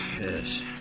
Yes